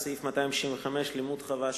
סעיף 265 (לימוד חובה,